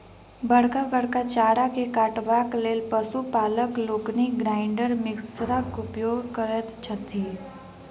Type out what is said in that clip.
बड़का बड़का चारा के काटबाक लेल पशु पालक लोकनि ग्राइंडर मिक्सरक उपयोग करैत छथि